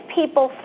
people